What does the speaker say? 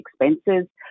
expenses